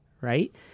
Right